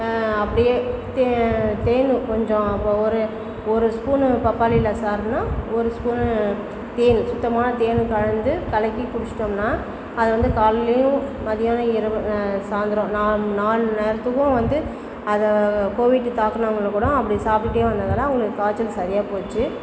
அப்படியே தேனு கொஞ்சம் அப்போ ஒரு ஒரு ஸ்பூன்னு பப்பாளி இலை சாப்பிடணும் ஒரு ஸ்பூன்னு தேன் சுத்தமான தேனை வந்து கலந்து கலக்கி குடிச்சிடோம்ன்னா அது வந்து காலைலியும் மதியானம் இரவு சாயந்தரம் நா நாலு நேரத்துக்கும் வந்து அதை கோவிட்டு தாக்குனவங்களுக்கு கூடம் அப்படி சாப்பிட்டுட்டே அவங்களுக்கு காய்ச்சல் சரியாக போச்சு